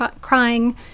crying